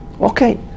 okay